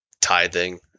tithing